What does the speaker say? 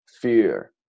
fear